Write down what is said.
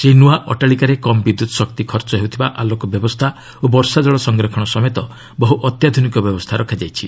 ସେହି ନୂଆ ଅଟାଳିକାରେ କମ୍ ବିଦ୍ୟୁତ୍ ଶକ୍ତି ଖର୍ଚ୍ଚ ହେଉଥିବା ଆଲୋକ ବ୍ୟବସ୍ଥା ଓ ବର୍ଷା ଜଳ ସଂରକ୍ଷଣ ସମେତ ବହୁ ଅତ୍ୟାଧୁନିକ ବ୍ୟବସ୍ଥା ରଖାଯାଇଛି